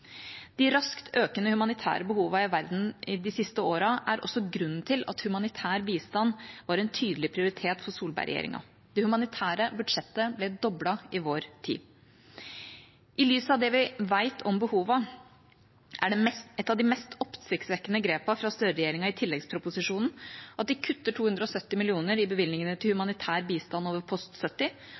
verden de siste årene er også grunnen til at humanitær bistand var en tydelig prioritet for Solberg-regjeringa. Det humanitære budsjettet ble doblet i vår tid. I lys av det vi vet om behovene, er et av de mest oppsiktsvekkende grepene fra Støre-regjeringa i tilleggsproposisjonen at de kutter 270 mill. kr i bevilgningene til humanitær bistand over post 70